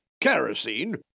Kerosene